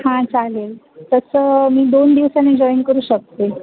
हां चालेल तसं मी दोन दिवसांनी जॉईन करू शकते